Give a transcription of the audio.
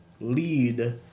lead